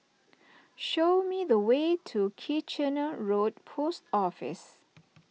show me the way to Kitchener Road Post Office